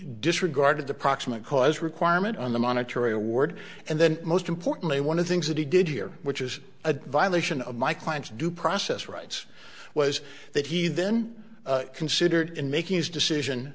disregarded the proximate cause requirement on the monetary award and then most importantly one of things that he did here which is a violation of my client's due process rights was that he then considered in making his decision